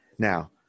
Now